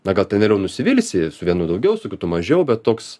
na gal ten vėliau nusivilsi su vienu daugiau su kitu mažiau bet toks